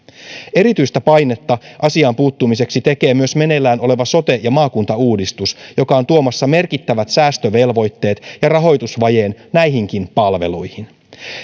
erityistä painetta asiaan puuttumiseksi tekee myös meneillään oleva sote ja maakuntauudistus joka on tuomassa merkittävät säästövelvoitteet ja rahoitusvajeen näihinkin palveluihin